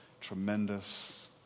tremendous